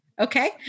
Okay